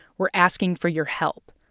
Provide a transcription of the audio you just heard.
we're asking for your help.